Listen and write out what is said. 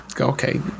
okay